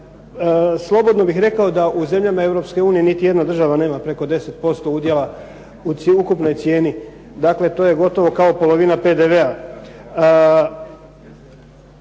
Slobodno bih rekao da u zemljama Europske unije niti jedna država nema preko 10% udjela u ukupnoj cijeni. Dakle, to je gotovo kao polovina PDV-a.